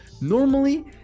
Normally